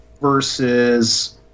versus